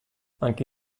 anche